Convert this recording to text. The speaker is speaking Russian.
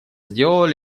сделала